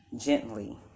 gently